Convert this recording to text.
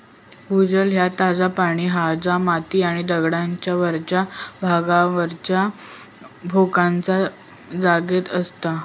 भूजल ह्या ताजा पाणी हा जा माती आणि दगडांच्या वरच्या भागावरच्या भोकांच्या जागेत असता